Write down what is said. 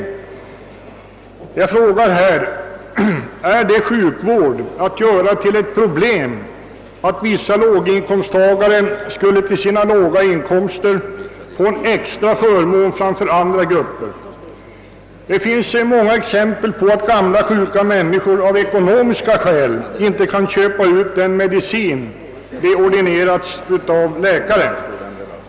Jag vill fråga om det kan vara förenligt med en god sjukvård att göra det till ett problem att vissa låginkomsttagare skulle få en extra förmån framför andra grupper. Det finns så många exempel på att gamla och sjuka människor av ekonomiska skäl inte kan köpa ut den medicin de ordinerats av läkare.